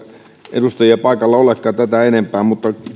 edustajia paikalla olekaan tätä enempää mutta